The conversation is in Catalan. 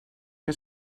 que